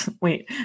wait